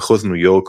מחוז ניו יורק,